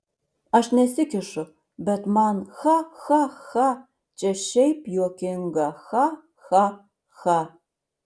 aš nesikišu bet man cha cha cha čia šiaip juokinga cha cha cha